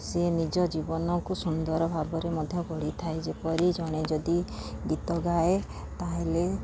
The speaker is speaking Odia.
ସିଏ ନିଜ ଜୀବନକୁ ସୁନ୍ଦର ଭାବରେ ମଧ୍ୟ ଗଢ଼ିଥାଏ ଯେପରି ଜଣେ ଯଦି ଗୀତ ଗାଏ ତା'ହେଲେ